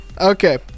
Okay